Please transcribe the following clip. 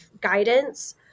guidance